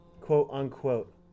quote-unquote